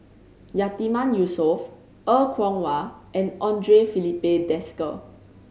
Yatiman Yusof Er Kwong Wah and Andre Filipe Desker